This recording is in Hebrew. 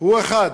הוא אחד,